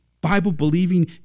Bible-believing